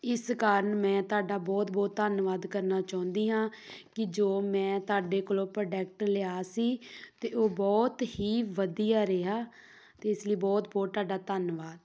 ਇਸ ਕਾਰਨ ਮੈਂ ਤੁਹਾਡਾ ਬਹੁਤ ਬਹੁਤ ਧੰਨਵਾਦ ਕਰਨਾ ਚਾਹੁੰਦੀ ਹਾਂ ਕਿ ਜੋ ਮੈਂ ਤੁਹਾਡੇ ਕੋਲੋਂ ਪ੍ਰੋਡੈਕਟ ਲਿਆ ਸੀ ਅਤੇ ਉਹ ਬਹੁਤ ਹੀ ਵਧੀਆ ਰਿਹਾ ਅਤੇ ਇਸ ਲਈ ਬਹੁਤ ਬਹੁਤ ਤੁਹਾਡਾ ਧੰਨਵਾਦ